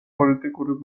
პოლიტიკური